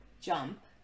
Jump